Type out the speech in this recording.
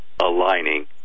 aligning